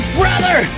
brother